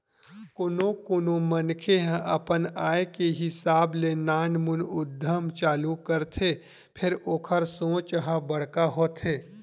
कोनो कोनो मनखे ह अपन आय के हिसाब ले नानमुन उद्यम चालू करथे फेर ओखर सोच ह बड़का होथे